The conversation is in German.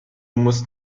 musst